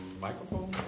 microphone